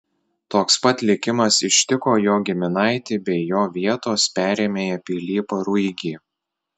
toks pat likimas ištiko jo giminaitį bei jo vietos perėmėją pilypą ruigį